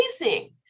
amazing